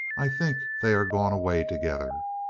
i think they are gone away together.